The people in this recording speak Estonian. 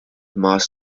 maas